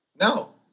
No